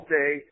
day